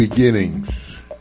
beginnings